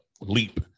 leap